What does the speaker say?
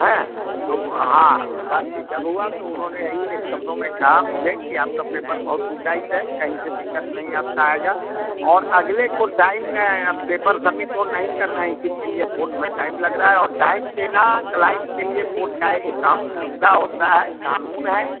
हैं तो हाँ तो बातचीत जब हुआ तो उन्होंने एही एक शब्द में कहा मुझे की आपका पेपर बहुत टू टाइट है कहीं से दिक्कत नहीं आपका आएगा और अगले को टाइम मैं अब पेपर समिट ओ नहीं कर रहें इसी के लिए कोर्ट में टाइम लगा है और टाइम देना क्लाइंट के लिए कोर्ट का एक आम मुद्दा होता है कानून है